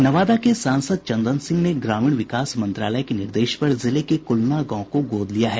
नवादा के सांसद चंदन सिंह ने ग्रामीण विकास मंत्रालय के निर्देश पर जिले के कुलना गांव को गोद लिया है